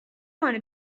wanna